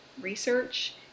research